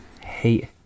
hate